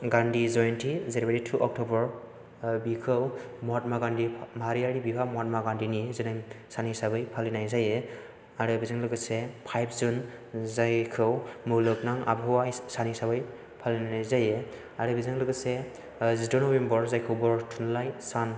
गान्दि जयेन्ति जेरैबायदि two October बिखौ महत्मा गान्धि माहारियारि बिफा महत्मा गान्धिनि जोनोम सान हिसाबै फालिनाय जायो आरो बेजों लोगोसे फाइभ जुन जायखौ मुलुगनां आबहावा सान हिसाबै फालिनाय जायो आरो बेजों लोगोसे जिद' नभेम्बर जायखौ बर' थुनलाइ सान